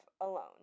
alone